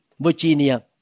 Virginia